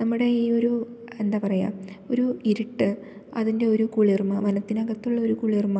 നമ്മുടെ ഈ ഒരു എന്താണു പറയുക ഒരു ഇരുട്ട് അതിൻ്റെ ഒരു കുളിർമ വനത്തിനകത്തുള്ളൊരു കുളിർമ